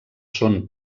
són